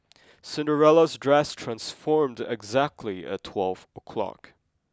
Cinderella's dress transformed exactly at twelve o'clock